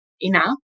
enough